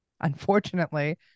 unfortunately